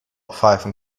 pfeifen